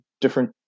different